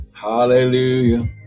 Hallelujah